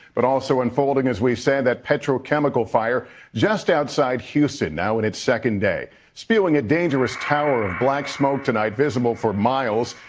but also unfolding as we've said, that petrochemical fire just outside houston now in its second day, spewing a dangerous tower of black smoke tonight visible for miles.